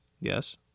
Yes